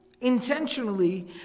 intentionally